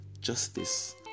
justice